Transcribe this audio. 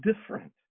different